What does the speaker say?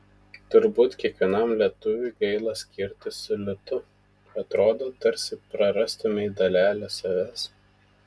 turbūt kiekvienam lietuviui gaila skirtis su litu atrodo tarsi prarastumei dalelę savęs